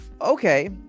okay